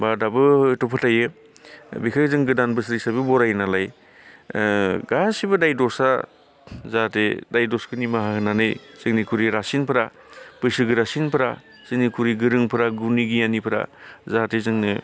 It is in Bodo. बा दाबो हयथ' फोथायो बेखो जों गोदान बोसोर हिसाबै बरायोनालाय ओ गासिबो दाय दसा जाहाथे दाय दसखो निमाहा होनानै जोंनिख्रुइ रासिनफोरा बैसो गोरासिनफोरा जोंनिख्रुइ गोरोंफोरा गुनि गियानिफोरा जाहाथे जोंनो